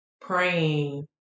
praying